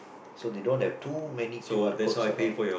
so they don't have too many Q_R codes around